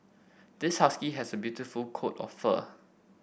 this husky has a beautiful coat of fur